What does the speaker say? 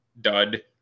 dud